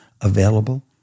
available